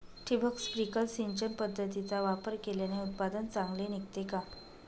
ठिबक, स्प्रिंकल सिंचन पद्धतीचा वापर केल्याने उत्पादन चांगले निघते का?